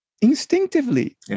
instinctively